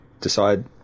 decide